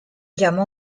llamó